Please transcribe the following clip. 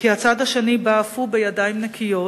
שהצד השני בא אף הוא בידיים נקיות,